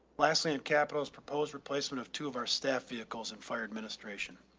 lastly and capital's proposed replacement of two of our staff vehicles and fire administration.